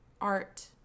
art